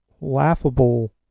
laughable